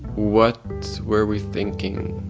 what were we thinking.